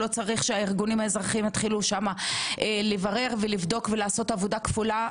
לא צריך שהארגונים האזרחיים יתחילו שם לברר ולבדוק ולעשות עבודה כפולה.